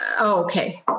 Okay